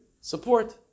Support